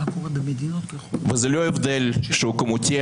זה לא הבדל כמותי,